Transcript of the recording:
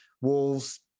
Wolves